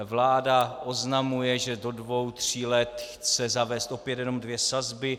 Vláda oznamuje, že do dvou tří let chce zavést opět jenom dvě sazby.